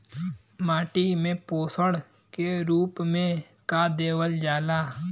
माटी में पोषण के रूप में का देवल जाला?